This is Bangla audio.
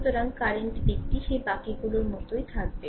সুতরাং কারেন্ট দিকটি সেই বাকিগুলোর মতোই থাকবে